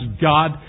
God